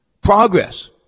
Progress